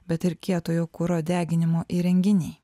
bet ir kietojo kuro deginimo įrenginiai